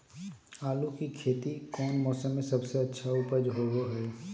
आलू की खेती कौन मौसम में सबसे अच्छा उपज होबो हय?